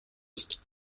ist